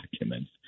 documents